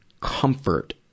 comfort